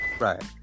Right